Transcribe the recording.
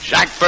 Jack